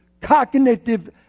cognitive